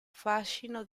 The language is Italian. fascino